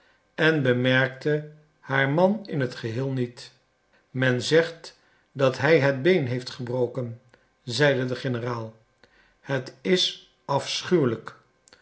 en bemerkte haar man in het geheel niet men zegt dat hij het been heeft gebroken zeide de generaal het is afschuwelijk